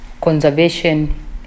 conservation